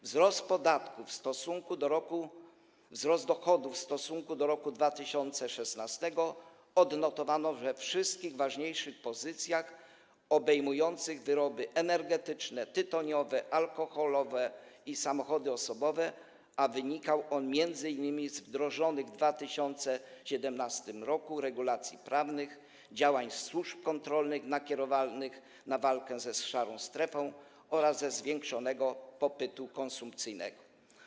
Wzrost dochodów w stosunku dochodów z roku 2016 odnotowano we wszystkich ważniejszych pozycjach, obejmujących wyroby energetyczne, tytoniowe, alkoholowe i samochody osobowe, a wynikał on m.in. z wdrożonych w 2017 r. regulacji prawnych, działań służb kontrolnych nakierowanych na walkę z szarą strefą oraz ze zwiększonego popytu konsumpcyjnego.